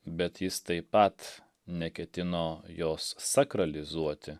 bet jis taip pat neketino jos sakralizuoti